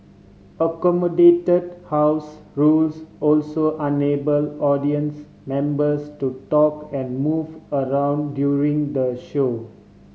accommodated house rules also enable audience members to talk and move around during the show